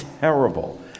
Terrible